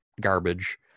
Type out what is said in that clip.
garbage